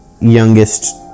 youngest